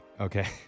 Okay